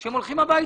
שהם הולכים הביתה.